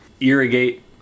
irrigate